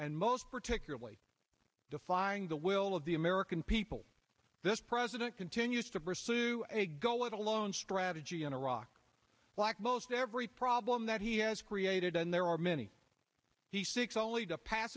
and most particularly defying the will of the american people this president continues to pursue a go it alone strategy in iraq lack most every problem that he has created and there are many he seeks only to pass